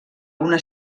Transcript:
una